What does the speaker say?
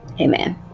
Amen